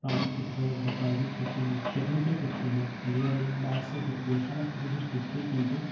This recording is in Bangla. পাবলিক ক্ষেত্র হোক বা প্রাইভেট ক্ষেত্রে হোক টেকনিক্যাল ক্ষেত্রে হোক বা লিবারেল বা আর্টসের ক্ষেত্রে হোক সমস্ত কিছুর ক্ষেত্রেই কিন্তু